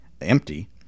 empty